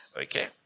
Okay